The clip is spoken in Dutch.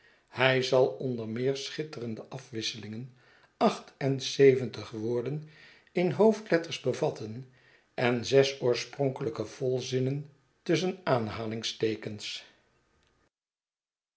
zij zal onder meer schitterende afwisselingen acht en zeventig woorden in hoofdletters bevatten en zes oorspronkehjke volzinnen tusschen aanhalingsteekens